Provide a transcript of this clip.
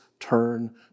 turn